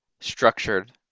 structured